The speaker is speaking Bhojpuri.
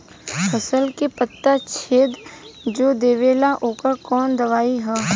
फसल के पत्ता छेद जो देवेला ओकर कवन दवाई ह?